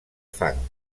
fang